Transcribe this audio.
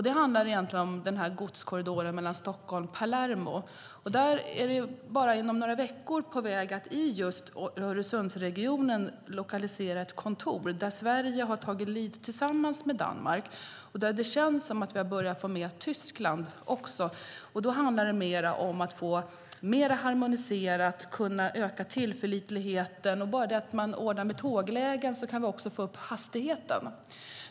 Det handlar egentligen om godskorridoren mellan Stockholm och Palermo. Bara inom några veckor är man på väg att i Öresundsregionen lokalisera ett kontor där Sverige har tagit lead tillsammans med Danmark och där det känns som om vi har börjat få med Tyskland också. Då handlar det om att mer harmoniserat kunna öka tillförlitligheten. Bara genom att ordna tåglägen går det att få upp hastigheten.